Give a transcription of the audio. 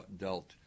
dealt